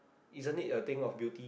isn't it a thing of beauty